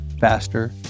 faster